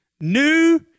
new